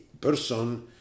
person